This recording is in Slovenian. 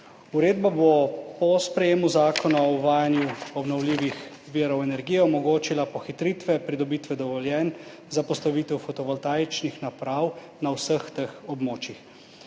Uredba bo po sprejetju zakona o uvajanju obnovljivih virov energije omogočila pohitritve pridobitve dovoljenj za postavitev fotovoltaičnih naprav na vseh teh območjih.